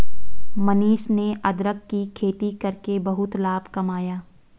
मनीष ने अदरक की खेती करके बहुत लाभ कमाया